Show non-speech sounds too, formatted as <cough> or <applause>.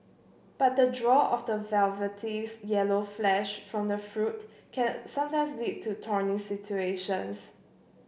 but the draw of the <unintelligible> yellow flesh from the fruit can sometimes lead to thorny situations